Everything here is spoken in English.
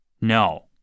No